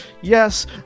Yes